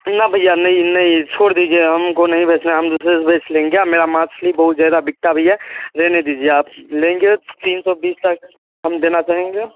ना भैया नहीं नहीं छोड़ दीजिए हम को नहीं बेचना है हम दुसरे से बेच लेंगे हाँ मेरा माछली बहुत ज़्यादा बिकता भी है रहने दीजिए आप लेंगे तीन सौ बीस तक हम देना चाहेंगे